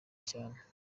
cyane